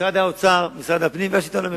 משרד האוצר, משרד הפנים והשלטון המקומי.